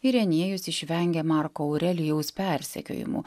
irenėjus išvengė marko aurelijaus persekiojimų